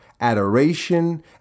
adoration